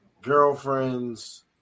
girlfriend's